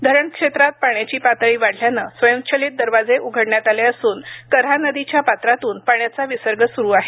धरण क्षेत्रात पाण्याची पातळी वाढल्याने स्वयंचलित दरवाजे उघडण्यात आले असून कऱ्हा नदीच्या पात्रातून पाण्याचा विसर्ग सुरू आहे